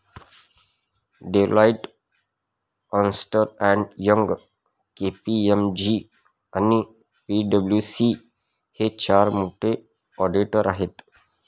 Deloitte, अस्न्टर and Young, KPMG आणि पी.डब्ल्यू.सी हे चार मोठे ऑडिटर आहेत